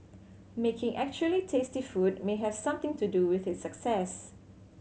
making actually tasty food may have something to do with its success